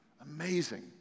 Amazing